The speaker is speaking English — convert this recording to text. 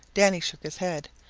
danny shook his head.